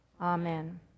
amen